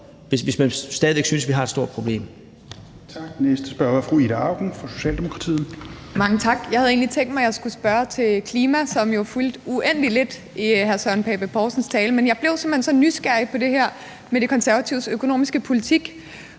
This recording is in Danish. hvis man stadig væk synes, at vi har et stort problem.